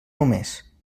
només